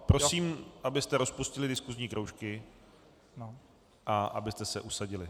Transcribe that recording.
Prosím, abyste rozpustili diskusní kroužky a abyste se usadili.